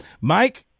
Mike